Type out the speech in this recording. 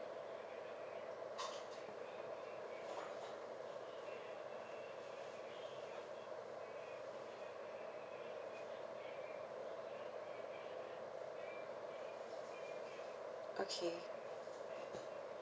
okay